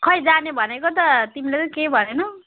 खै जाने भनेको त तिमीले पनि केही भनेनौ